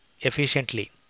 efficiently